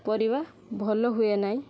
ପରିବା ଭଲ ହୁଏ ନାହିଁ